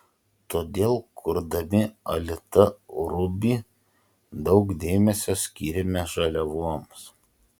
todėl kurdami alita ruby daug dėmesio skyrėme žaliavoms